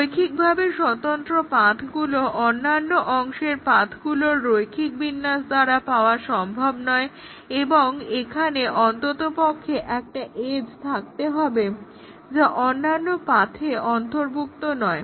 রৈখিকভাবে স্বতন্ত্র পাথগুলো অন্যান্য অংশের পাথগুলোর রৈখিক বিন্যাস দ্বারা পাওয়া সম্ভব নয় এবং এখানে অন্ততপক্ষে একটা এজ্ থাকতে হবে যা অন্যান্য পাথের অন্তর্ভুক্ত নয়